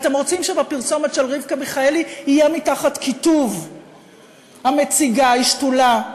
אתם רוצים שבפרסומת של רבקה מיכאלי יהיה מתחת כיתוב "המציגה היא שתולה",